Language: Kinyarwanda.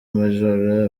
major